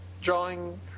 drawing